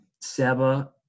Seba